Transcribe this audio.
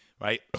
right